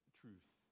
truth